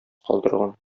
калдырган